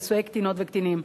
נישואי קטינות וקטינים.